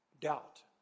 Doubt